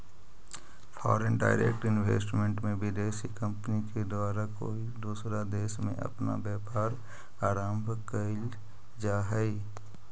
foreign direct investment में विदेशी company के द्वारा कोई दूसरा देश में अपना व्यापार आरंभ कईल जा हई